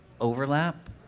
overlap